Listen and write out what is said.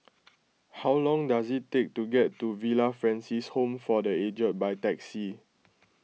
how long does it take to get to Villa Francis Home for the Aged by taxi